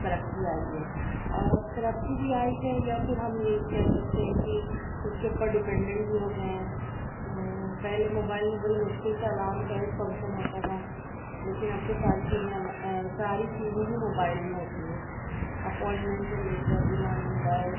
ترقی آئی ہے اور ترقی بھی آئی ہے یا پھر ہم یہ كہہ سكتے ہیں كہ اُس كے اوپر ڈیپینڈنٹ بھی ہو گئے ہیں پہلے موبائل میں بڑی مشکل سے الام کا ایک فنکشن ہوتا تھا لیکن اب تو ساری چیزیں ساری چیزیں ہی موبائل میں ہوتی ہیں اپوائٹمنٹ سے لے کر ریمائنڈر